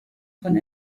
von